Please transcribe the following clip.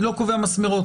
אני לא קובע מסמרות,